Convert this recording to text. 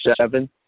seven